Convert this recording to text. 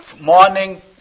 morning